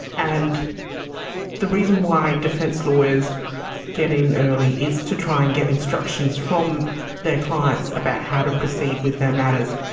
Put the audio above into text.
and the reason why defence lawyers get in early is to try and get instructions from their clients about how to proceed with their matters.